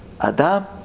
Adam